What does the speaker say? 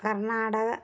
Karnataka